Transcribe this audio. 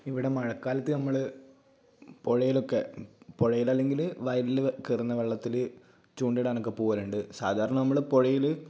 ഇവിടെ മഴക്കാലത്ത് നമ്മൾ പുഴയിലൊക്കെ പുഴയിലല്ലെങ്കിൽ വയലിൽ കയറുന്ന വെള്ളത്തിൽ ചൂണ്ടയിടാനൊക്കെ പോകലുണ്ട് സാധാരണ നമ്മൾ പുഴയിൽ